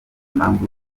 impamvu